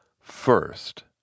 First